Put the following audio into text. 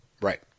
Right